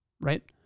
Right